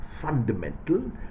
fundamental